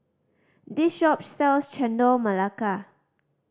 this shop sells Chendol Melaka